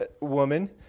woman